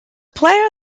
player